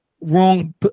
wrong